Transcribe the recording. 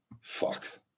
Fuck